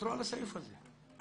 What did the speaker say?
ותרו על הסעיף הזה.